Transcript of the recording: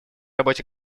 работе